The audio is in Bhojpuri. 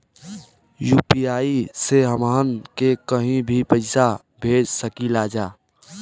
यू.पी.आई से हमहन के कहीं भी पैसा भेज सकीला जा?